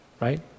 right